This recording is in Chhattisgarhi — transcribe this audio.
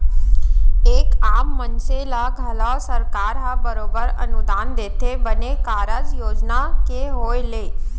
एक आम मनसे ल घलौ सरकार ह बरोबर अनुदान देथे बने कारज योजना के होय ले